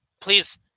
please